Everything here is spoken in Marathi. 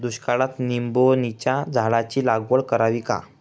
दुष्काळात निंबोणीच्या झाडाची लागवड करावी का?